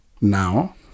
now